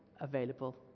available